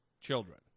children